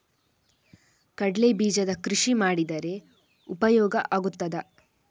ಕಡ್ಲೆ ಬೀಜದ ಕೃಷಿ ಮಾಡಿದರೆ ಉಪಯೋಗ ಆಗುತ್ತದಾ?